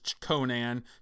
Conan